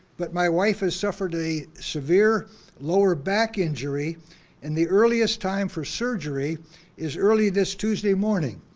but my wife has suffered a severe lower back injury and the earliest time for surgery is early this tuesday morning.